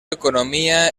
economía